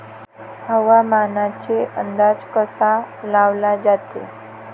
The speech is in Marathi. हवामानाचा अंदाज कसा लावला जाते?